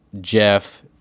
Jeff